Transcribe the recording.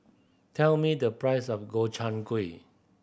tell me the price of Gobchang Gui